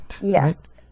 Yes